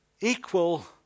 equal